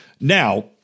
Now